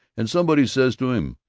and somebody says to him,